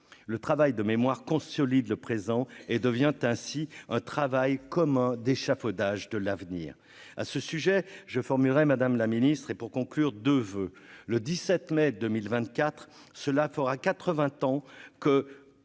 le travail de mémoire consolide le présent et devient ainsi un travail commun d'échafaudage de l'avenir à ce sujet, je formerai madame la ministre, et pour conclure de voeux, le 17 mai 2024, cela fera 80 ans que